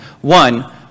one